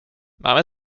máme